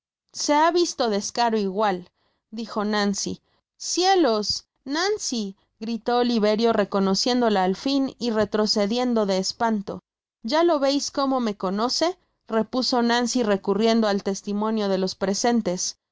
se ha visto descaro igual dijo nancy cielos nancy gritó oliverio reconociéndola al fin y retrocediendo de espanto ya lo veis como me conoce repuso nancy recurriendo al testimonio de los presentes